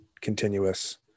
continuous